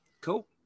Cool